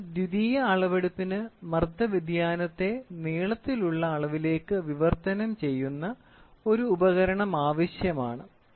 അതിനാൽ ദ്വിതീയ അളവെടുപ്പിന് മർദ്ദ വ്യതിയാനത്തെ നീളത്തിലുള്ള അളവിലേക്ക് വിവർത്തനം ചെയ്യുന്ന ഒരു ഉപകരണം ആവശ്യമാണ്